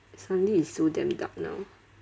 suddenly it's so damn dark now